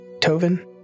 Tovin